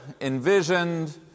envisioned